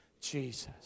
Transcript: Jesus